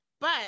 But-